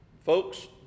Folks